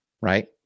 right